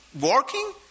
working